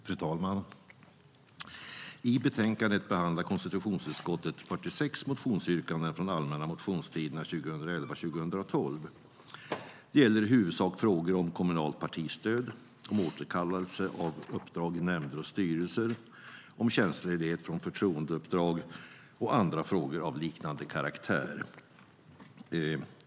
Fru talman! I betänkandet behandlar konstitutionsutskottet 46 motionsyrkanden från allmänna motionstiderna 2011-2012. Det gäller i huvudsak frågor om kommunalt partistöd, om återkallelse av uppdrag i nämnder i styrelser, om tjänstledighet från förtroendeuppdrag och andra frågor av liknande karaktär.